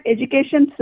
Education